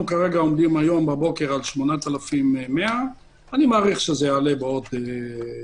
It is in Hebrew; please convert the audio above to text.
עומדים על 8,100. אני מניח שזה יעלה בעוד קצת.